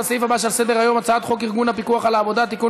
לסעיף הבא על סדר-היום: הצעת חוק ארגון הפיקוח על העבודה (תיקון,